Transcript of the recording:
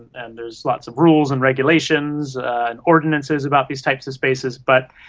and there's lots of rules and regulations and ordinances about these types of spaces, but,